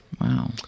Wow